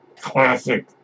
classic